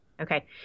Okay